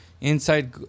inside